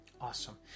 Awesome